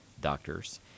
doctors